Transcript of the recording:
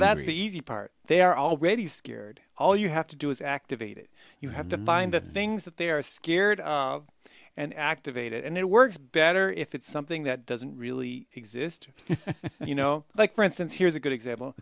that's the easy part they are already scared all you have to do is activated you have to find the things that they are scared and activate it and it works better if it's something that doesn't really exist and you know like for instance here's a good example